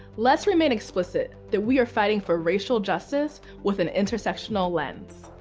let's remain explicit that we are fighting for racial justice with an intersectional lens.